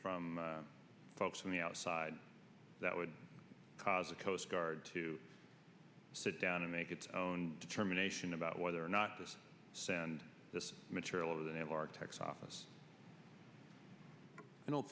from folks on the outside that would cause the coast guard to sit down and make its own determination about whether or not to send this material other than an architect's office i don't